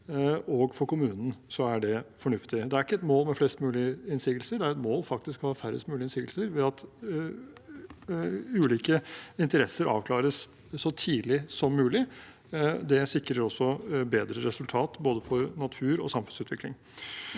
og for kommunen er det fornuftig. Det er ikke et mål med flest mulig innsigelser. Det er et mål, faktisk, å ha færrest mulig innsigelser ved at ulike interesser avklares så tidlig som mulig. Det sikrer bedre resultat for både natur og samfunnsutvikling.